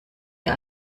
ihr